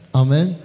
amen